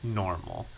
normal